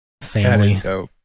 family